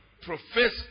profess